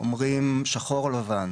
אומרים שחור או לבן.